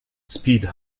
speed